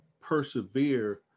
persevere